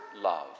love